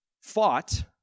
fought